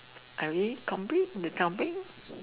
are we complete the topic